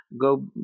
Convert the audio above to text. go